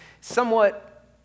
somewhat